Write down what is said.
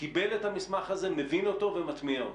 קיבל את המסמך ה זה, מבין אותו ומטמיע אותו?